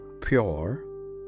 pure